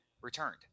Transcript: returned